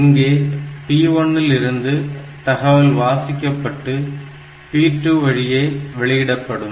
இங்கே P1 இல் இருந்து தகவல் வாசிக்கப்பட்டு P2 வழியே வெளியிடப்படும்